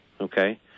okay